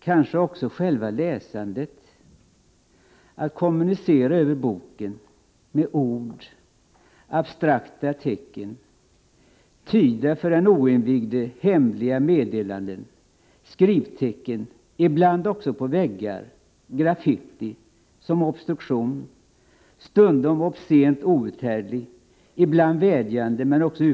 kanske också själva läsandet att kommunicera över boken abstrakta tecken tyda för den oinvigde hemliga meddelanden ibland också på väggar graffitti Liv!